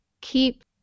keep